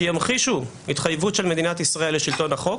שימחישו את התחייבות מדינת ישראל לשלטון החוק,